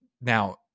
Now